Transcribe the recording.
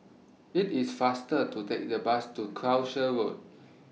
IT IS faster to Take The Bus to Croucher Road